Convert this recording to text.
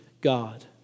God